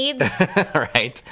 right